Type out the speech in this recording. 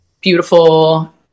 beautiful